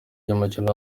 ry’imikino